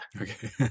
Okay